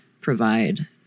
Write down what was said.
provide